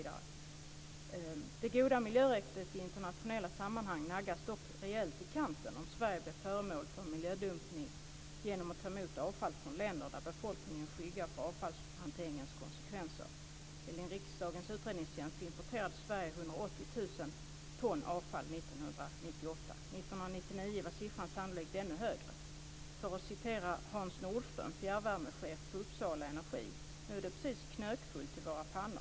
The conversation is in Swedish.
Det goda miljöryktet i internationella sammanhang naggas dock rejält i kanten om Sverige blir föremål för miljödumpning genom att ta emot avfall från länder där befolkningen skyggar för avfallshanteringens konsekvenser. Enligt riksdagens utredningstjänst importerade Sverige 180 000 ton avfall 1998. 1999 var siffran sannolikt ännu högre. För att citera Hans Nordström, fjärrvärmechef på Uppsala Energi: "Nu är det precis knökfullt i våra pannor.